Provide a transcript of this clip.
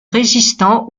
résistant